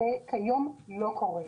כיום זה לא קורה.